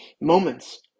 Moments